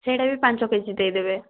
ସେଇଟା ବି ପାଞ୍ଚ କେ ଜି ଦେଇଦେବେ